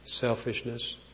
selfishness